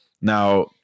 Now